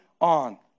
on